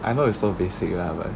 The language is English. I know it's so basic ah but